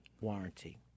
warranty